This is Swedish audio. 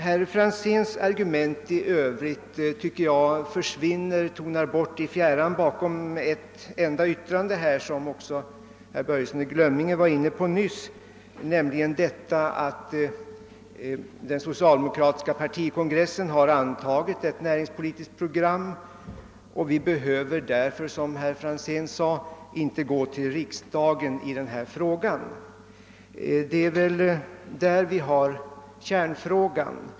Herr Franzéns argument i övrigt förtonar enligt min uppfattning i fjärran bakom ett enda yttrande, nämligen att den socialdemokratiska partikongressen antagit ett näringspolitiskt program, och därför behöver inte vi, d. v. s. socialdemokraterna, såsom också herr Franzén sade, gå till riksdagen i denna fråga. Detta är uppenbart kärnfrågan i denna diskussion.